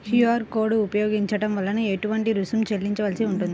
QR code ఉపయోగించటం వలన ఏటువంటి రుసుం చెల్లించవలసి ఉంటుంది?